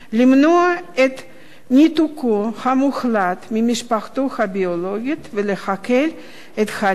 למנוע את ניתוקו המוחלט ממשפחתו הביולוגית ולהקל את הליך